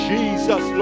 Jesus